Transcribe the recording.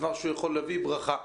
דבר שיכול להביא ברכה.